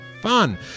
fun